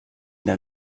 der